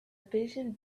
vision